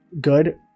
good